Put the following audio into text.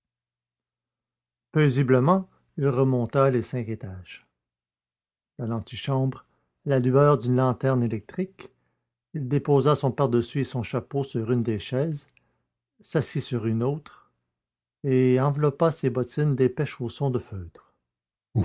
paisiblement il remonta les cinq étages dans l'antichambre à la lueur d'une lanterne électrique il déposa son pardessus et son chapeau sur une des chaises s'assit sur une autre et enveloppa ses bottines d'épais chaussons de feutre